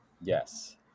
Yes